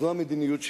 זו המדיניות שלי,